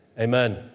Amen